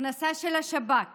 הכנסה של השב"כ